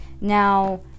Now